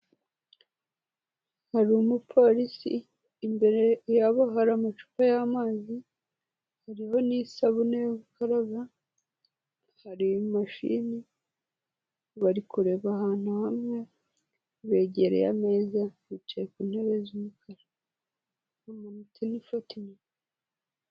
Hari umupolisi, imbere yabo hari amacupa y'amazi, hariho n'isabune yo gukaraba, hari mashini bari kureba ahantu hamwe, begereye ameza, bicaye ku ntebe z'umukara hamanitse n'ifo inyuma.